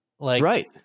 Right